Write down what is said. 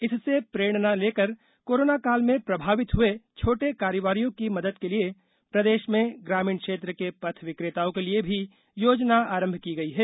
इससे प्रेरणा लेकर कोरोना काल में प्रभावित हुए छोटे कारोबारियों की मदद के लिए प्रदेश में ग्रामीण क्षेत्र के पथ विक्रेताओं के लिए भी योजना आरंभ की गई है